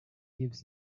gives